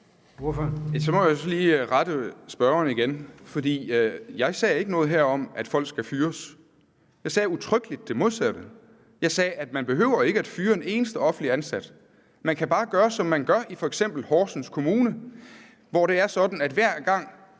jo så lige rette spørgeren igen, for jeg sagde ikke noget her om, at folk skal fyres. Jeg sagde udtrykkeligt det modsatte. Jeg sagde, at man ikke behøver at fyre en eneste offentligt ansat. Man kan bare gøre, som man gør i f.eks. Horsens Kommune, hvor det er sådan, at hver gang